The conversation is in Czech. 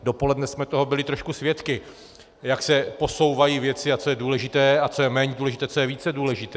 Dopoledne jsme byli trošku svědky, jak se posouvají věci a co je důležité a co je méně důležité, co je více důležité.